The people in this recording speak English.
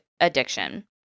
addiction